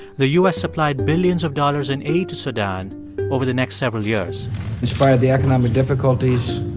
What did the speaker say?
the u s. supplied billions of dollars in aid to sudan over the next several years in spite of the economic difficulties,